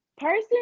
person